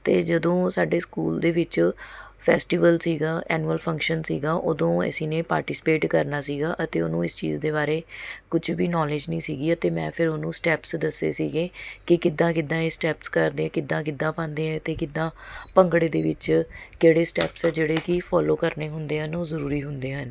ਅਤੇ ਜਦੋਂ ਸਾਡੇ ਸਕੂਲ ਦੇ ਵਿੱਚ ਫੈਸਟੀਵਲ ਸੀਗਾ ਐਨੂਅਲ ਫੰਕਸ਼ਨ ਸੀਗਾ ਉਦੋਂ ਇਸੀ ਨੇ ਪਾਰਟੀਸੀਪੇਟ ਕਰਨਾ ਸੀਗਾ ਅਤੇ ਉਹਨੂੰ ਇਸ ਚੀਜ਼ ਦੇ ਬਾਰੇ ਕੁਛ ਵੀ ਨੌਲੇਜ ਨਹੀਂ ਸੀਗੀ ਅਤੇ ਮੈਂ ਫਿਰ ਉਹਨੂੰ ਸਟੈਪਸ ਦੱਸੇ ਸੀਗੇ ਕਿ ਕਿੱਦਾਂ ਕਿੱਦਾਂ ਇਹ ਸਟੈਪਸ ਕਰਦੇ ਕਿੱਦਾਂ ਗਿੱਧਾ ਪਾਂਦੇ ਏ ਅਤੇ ਕਿੱਦਾ ਭੰਗੜੇ ਦੇ ਵਿੱਚ ਕਿਹੜੇ ਸਟੈਪਸ ਹੈ ਜਿਹੜੇ ਕਿ ਫੋਲੋ ਕਰਨੇ ਹੁੰਦੇ ਹਨ ਉਹ ਜ਼ਰੂਰੀ ਹੁੰਦੇ ਹਨ